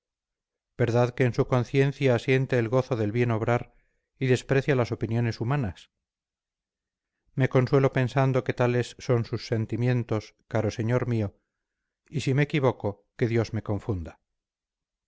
verdad que en su conciencia siente el gozo del bien obrar y desprecia las opiniones humanas me consuelo pensando que tales son sus sentimientos caro señor mío y si me equivoco que dios me confunda